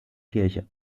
kirche